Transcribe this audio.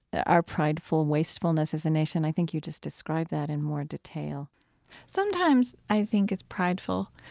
our prideful wastefulness as a nation. i think you just described that in more detail sometimes i think it's prideful.